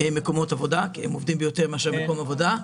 מקומות עבודה כי הם עובדים ביותר מאשר במקום עבודה אחד,